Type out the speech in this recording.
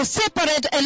separate